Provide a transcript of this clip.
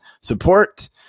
support